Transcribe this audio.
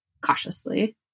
cautiously